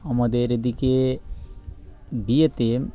আমাদের এদিকে বিয়েতে